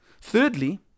Thirdly